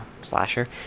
slasher